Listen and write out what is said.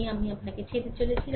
এই আমি আপনাকে ছেড়ে চলেছি